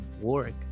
work